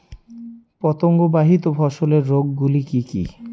পতঙ্গবাহিত ফসলের রোগ গুলি কি কি?